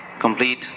complete